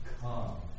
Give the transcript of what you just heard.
come